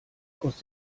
aus